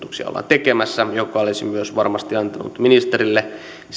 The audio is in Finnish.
ollaan tekemässä mikä olisi varmasti antanut ministerille